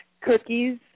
cookies